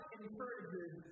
encourages